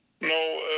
No